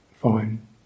Fine